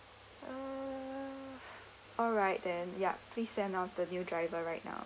uh alright then yup please send out the new driver right now